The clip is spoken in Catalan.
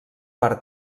per